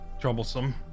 troublesome